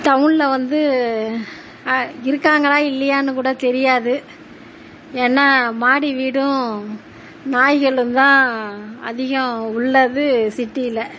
டவுனில் வந்து இருக்காங்களா இல்லையான்னு கூட தெரியாது ஏன்னா மாடிவீடும் நாய்களும் தான் அதிகம் உள்ளது சிட்டியில